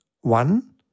One